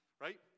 Right